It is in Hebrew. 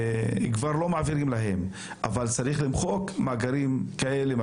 כבר לא מעביר למשטרה אבל צריך למחוק מאגרים כאלה,